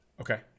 Okay